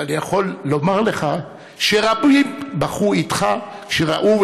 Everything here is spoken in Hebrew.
ואני יכול לומר לך שרבים בכו אתך כשראו,